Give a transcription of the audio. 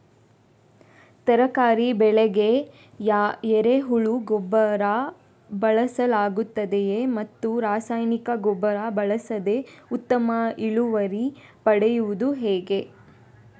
ತರಕಾರಿ ಬೆಳೆಗೆ ಎರೆಹುಳ ಗೊಬ್ಬರ ಬಳಸಲಾಗುತ್ತದೆಯೇ ಮತ್ತು ರಾಸಾಯನಿಕ ಗೊಬ್ಬರ ಬಳಸದೆ ಉತ್ತಮ ಇಳುವರಿ ಪಡೆಯುವುದು ಹೇಗೆ?